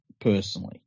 personally